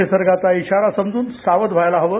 निसर्गाचा इशारा समजून सावध व्हायला हवं